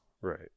right